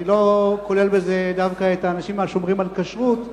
אני לא כולל בזה דווקא את האנשים השומרים על כשרות,